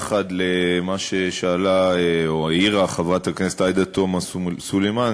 למה ששאלה או העירה חברת הכנסת עאידה תומא סלימאן,